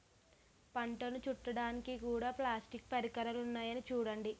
పంటను చుట్టడానికి కూడా ప్లాస్టిక్ పరికరాలున్నాయి చూడండి